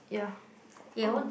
yeah oh